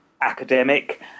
academic